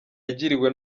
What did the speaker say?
yagiriwe